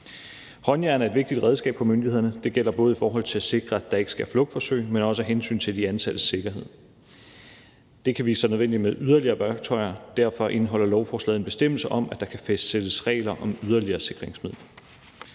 Håndjern er et vigtigt redskab for myndighederne. Det gælder både i forhold til at sikre, at der ikke sker flugtforsøg, men også af hensyn til de ansattes sikkerhed. Det kan vise sig nødvendigt med yderligere værktøjer, og derfor indeholder lovforslaget en bestemmelse om, at der kan fastsættes regler om yderligere sikringsmidler.